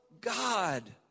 God